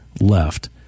left